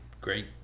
great